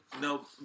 No